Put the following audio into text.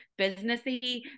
businessy